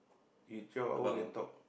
you twelve hour can talk